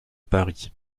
paris